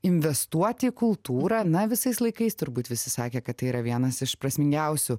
investuoti į kultūrą na visais laikais turbūt visi sakė kad tai yra vienas iš prasmingiausių